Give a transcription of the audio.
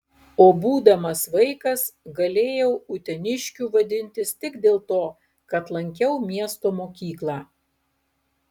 o būdamas vaikas galėjau uteniškiu vadintis tik dėl to kad lankiau miesto mokyklą